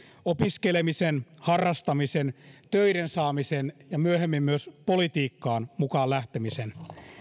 opiskelemisen harrastamisen töiden saamisen ja myöhemmin myös politiikkaan mukaan lähtemisen